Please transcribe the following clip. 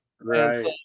Right